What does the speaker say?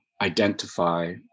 identify